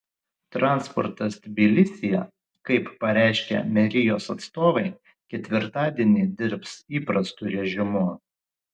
transportas tbilisyje kaip pareiškė merijos atstovai ketvirtadienį dirbs įprastu režimu